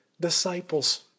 disciples